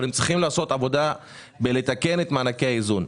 אבל הם צריכים לעשות עבודה בלתקן את מענקי האיזון.